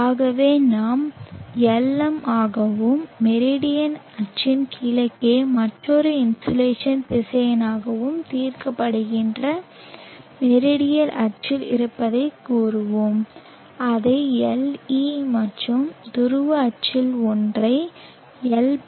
ஆகவே நாம் Lm ஆகவும் மெரிடியன் அச்சின் கிழக்கே மற்றொரு இன்சோலேஷன் திசையனாகவும் தீர்க்கப்படுகின்ற மெரிடியல் அச்சில் இருப்பதாகக் கூறுவோம் அதை Le என்றும் துருவ அச்சில் ஒன்றை Lp